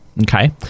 Okay